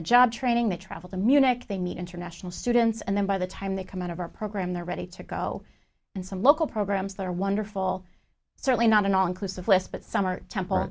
the job training they travel to munich they meet international students and then by the time they come out of our program they're ready to go and some local programs that are wonderful certainly not an all inclusive list but some are temple